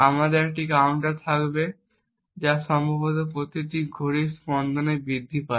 আমাদের এখানে একটি কাউন্টার থাকবে যা সম্ভবত প্রতিটি ঘড়ির স্পন্দনে বৃদ্ধি পায়